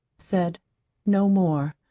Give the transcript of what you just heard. said no more.